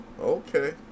Okay